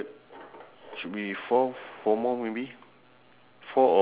um there's a guy uh sh~ shouting shoot